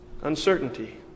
uncertainty